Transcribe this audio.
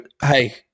hey